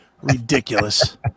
ridiculous